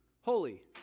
holy